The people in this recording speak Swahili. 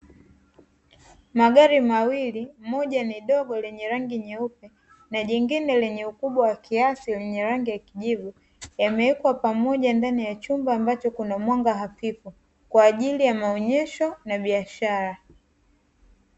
Magari mawili moja ni dogo lenye rangi nyeupe na jingine lenye ukubwa kiasi lenye rangi ya kijivu yamewekwa pamoja ndani ya chumba ambacho kuna mwanga hafifu kwa ajili ya maonyesho na biashara.